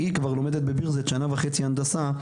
היא כבר לומדת בביר-זית שנה וחצי הנדסה.